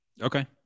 Okay